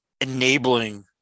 enabling